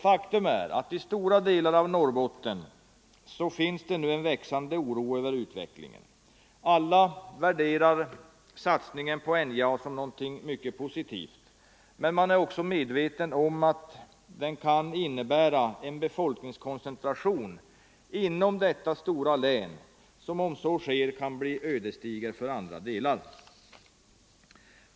Faktum är att i stora delar av Norrbotten finns det nu en växande oro över utvecklingen. Alla värderar satsningen på NJA som något mycket positivt, men man är också medveten om att den kan innebära en befolkningskoncentration inom detta stora län, som kan bli ödesdiger för andra länsdelar.